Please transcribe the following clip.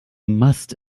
must